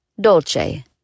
Dolce